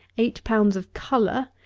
eight pounds of colour,